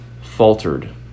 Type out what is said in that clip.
faltered